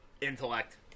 Intellect